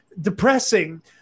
depressing